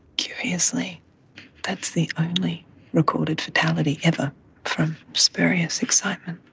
curiously that's the only recorded fatality ever from spurious excitement.